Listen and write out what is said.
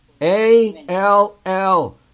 A-L-L